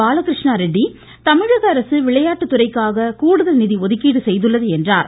பாலகிருஷ்ணாரெட்டி தமிழக அரசு விளையாட்டுத்துறைக்காக கூடுதல் நிதி ஒதுக்கீடு செய்துள்ளது என்றார்